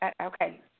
okay